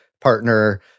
partner